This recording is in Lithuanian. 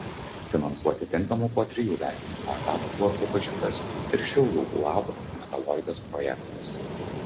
finansuoti tinkamu po trijų vertinimo etapų buvo pripažintas ir šiaulių uab metaloidas projektas